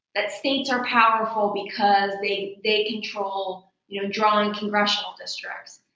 that states are powerful because they they control you know drawing congressional districts,